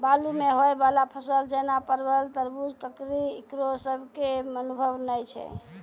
बालू मे होय वाला फसल जैना परबल, तरबूज, ककड़ी ईकरो सब के अनुभव नेय छै?